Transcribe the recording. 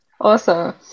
awesome